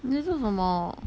你在做什么